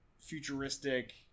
futuristic